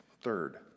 third